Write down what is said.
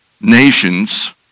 nations